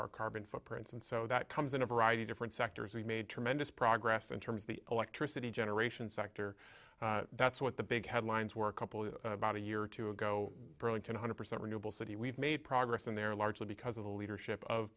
our carbon footprints and so that comes in a variety of different sectors we've made tremendous progress in terms of the electricity generation sector that's what the big headlines were a couple about a year or two ago burlington hundred percent renewable city we've made progress in there largely because of the leadership of